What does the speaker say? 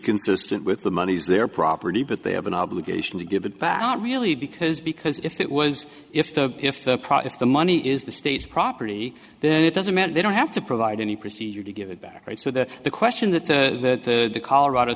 consistent with the monies their property but they have an obligation to give it back not really because because if it was if the if the price if the money is the state's property then it doesn't matter they don't have to provide any procedure to give it back right so that the question that the colorado